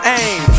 aim